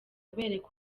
abereka